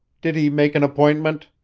did he make an appointment?